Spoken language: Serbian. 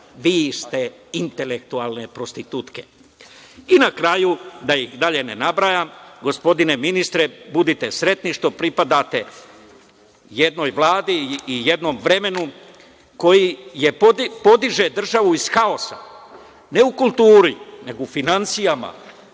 vi ste intelektualne prostitutke. Na kraju, da ih dalje ne nabrajam, gospodine ministre, budite sretni što pripadate jednoj Vladi i jednom vremenu koje podiže državu iz haosa, ne u kulturi, nego u finansijama,